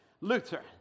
Luther